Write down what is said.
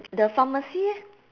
the pharmacy eh